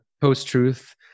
post-truth